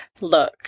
Look